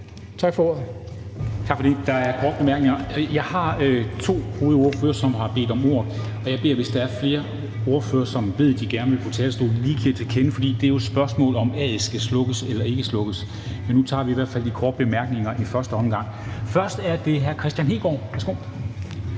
Tak for det. Der er korte bemærkninger. Jeg har to hovedordførere, som har bedt om ordet. Hvis der er flere ordførere, som ved, at de gerne vil på talerstolen, beder jeg om, at de lige giver sig til kende, for det er jo et spørgsmål om, om »A'et« skal slukkes eller ikke slukkes. Men nu tager vi i hvert fald de korte bemærkninger i første omgang. Først er det hr. Kristian Hegaard.